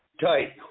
tight